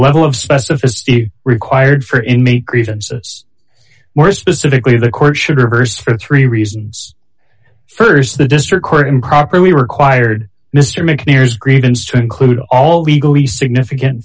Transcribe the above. level of specificity required for inmate grievances more specifically the court should reverse for three reasons st the district court improperly required mr mcnair's grievance to include all legally significant